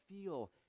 feel